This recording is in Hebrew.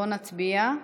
בואו נצביע.